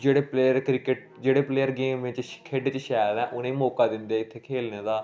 जेह्ड़े player cricket जेह्ड़े player game बिच्च श खेढै च शैल ऐ उ'नें गी मौका दिंदे इत्थै खेलने दा